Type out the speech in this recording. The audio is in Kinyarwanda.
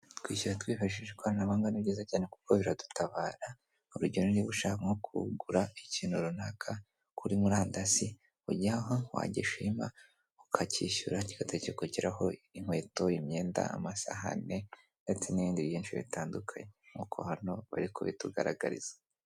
Kwishyura twifashishije ikoranabuhanga ni byizayiza cyane kuko biradutabara, urugero niba ushaka nko kugura ikintu runaka kuri murandasi ujyaho wagishima ukacyishyura kigahita kikugeraho nk'inkweto, imyenda, amasahane ndetse n'ibindi byinshi bitandukanye nkuko hano bari kubitugaragariza.